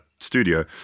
studio